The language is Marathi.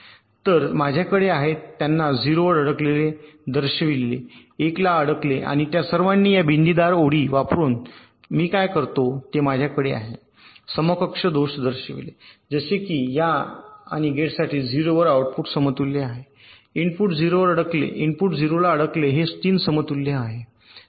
तर माझ्याकडे आहे त्यांना 0 वर अडकलेले दर्शविले 1 ला अडकले आणि त्या सर्वांनी या बिंदीदार ओळी वापरुन मी काय करतो ते माझ्याकडे आहे समकक्ष दोष दर्शविले जसे की या आणि गेटसाठी 0 वर आउटपुट समतुल्य आहे इनपुट 0 वर अडकले इनपुट 0 ला अडकले हे 3 समतुल्य आहेत